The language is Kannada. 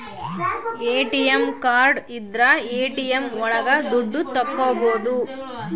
ಎ.ಟಿ.ಎಂ ಕಾರ್ಡ್ ಇದ್ರ ಎ.ಟಿ.ಎಂ ಒಳಗ ದುಡ್ಡು ತಕ್ಕೋಬೋದು